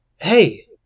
hey